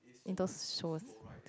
indoors shown